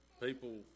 people